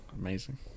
amazing